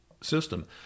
system